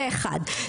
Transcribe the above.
זה אחת.